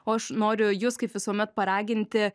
o aš noriu jus kaip visuomet paraginti